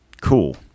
cool